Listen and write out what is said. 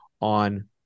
on